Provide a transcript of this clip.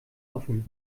offen